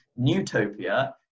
newtopia